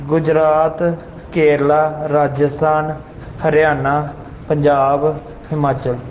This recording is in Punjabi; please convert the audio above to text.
ਗੁਜਰਾਤ ਕੇਰਲਾ ਰਾਜਸਥਾਨ ਹਰਿਆਣਾ ਪੰਜਾਬ ਹਿਮਾਚਲ